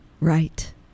right